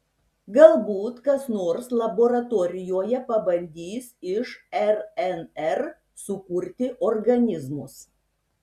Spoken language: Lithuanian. galbūt kas nors laboratorijoje pabandys iš rnr sukurti organizmus